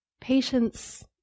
patience